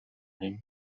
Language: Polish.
nym